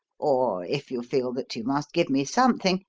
or, if you feel that you must give me something,